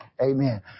Amen